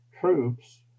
troops